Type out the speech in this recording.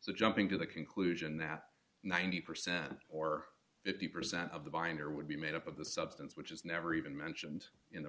so jumping to the conclusion that ninety percent or fifty percent of the binder would be made up of the substance which is never even mentioned in the